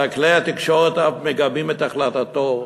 אלא כלי-התקשורת אף מגבים את החלטתו,